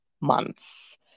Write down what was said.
months